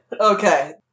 Okay